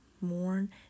mourn